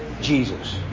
Jesus